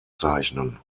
zeichnen